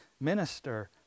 Minister